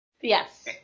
Yes